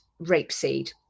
rapeseed